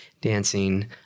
dancing